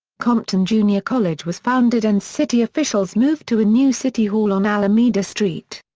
compton junior college was founded and city officials moved to a new city hall on alameda street.